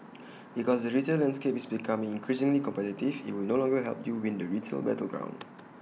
because the retail landscape is becoming increasingly competitive IT will no longer help you win the retail battleground